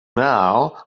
now